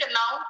now